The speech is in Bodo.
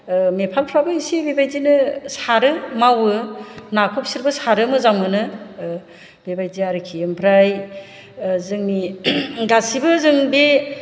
नेपालफ्राबो एसे बेबायदिनो सारो मावो नाखौ बिसोरबो सारो मोजां मोनो बेबायदि आरोखि आमफ्राय जोंनि गासिबो जों बे